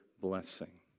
blessing